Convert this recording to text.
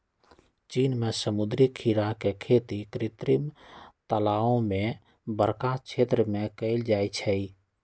चीन में समुद्री खीरा के खेती कृत्रिम तालाओ में बरका क्षेत्र में कएल जाइ छइ